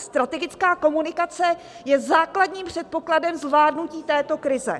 Strategická komunikace je základním předpokladem zvládnutí této krize.